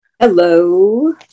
Hello